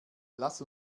lass